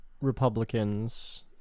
Republicans